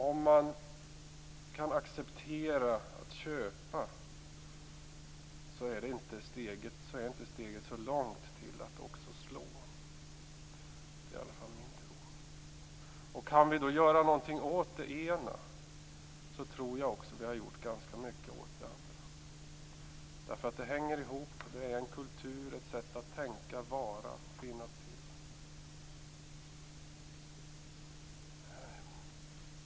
Om man kan acceptera att köpa är steget inte så långt till att också slå. Det är i alla fall min tro. Kan vi göra någonting åt det ena så tror jag också att vi har gjort ganska mycket åt det andra. Det hänger ihop. Det är en kultur och ett sätta att tänka, vara och finnas till.